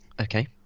Okay